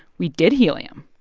we did helium.